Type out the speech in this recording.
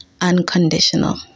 unconditional